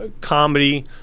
comedy